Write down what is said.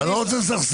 אתה לא רוצה לסכסך.